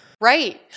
Right